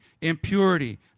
impurity